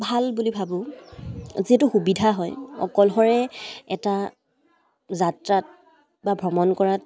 ভাল বুলি ভাবোঁ যিহেতু সুবিধা হয় অকলশৰে এটা যাত্ৰাত বা ভ্ৰমণ কৰাত